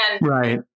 right